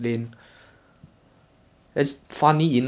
but my micro management of the of the management though